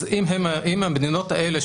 אז אם המדינות האלה,